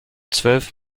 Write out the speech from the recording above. zwölf